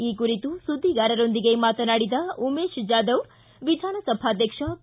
ಈ ಕುರಿತು ಸುದ್ದಿಗಾರರೊಂದಿಗೆ ಮಾತನಾಡಿದ ಉಮೇಶ್ ಜಾದವ್ ವಿಧಾನಸಭಾದ್ವಕ್ಷ ಕೆ